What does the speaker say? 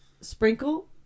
sprinkle